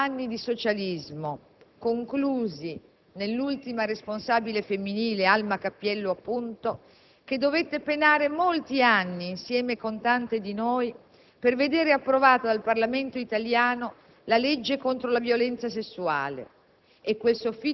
Cento anni di socialismo conclusi nell'ultima responsabile femminile, Alma Cappiello, che dovette penare molti anni, insieme con tante di noi, per vedere approvata dal Parlamento italiano la legge contro la violenza sessuale.